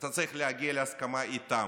אתה צריך להגיע להסכמה איתם,